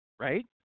right